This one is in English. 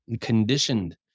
conditioned